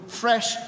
fresh